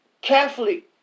Catholic